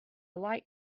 light